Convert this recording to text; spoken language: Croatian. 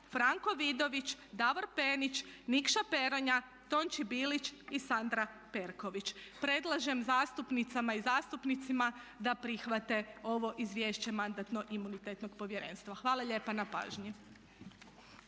Franko Vidović, Davor Penić, Nikša Peronja, Tonči Bilić i Sandra Perković. Predlažem zastupnicama i zastupnicima da prihvate ovo Izvješće Mandatno-imunitetnog povjerenstva. Hvala lijepa na pažnji.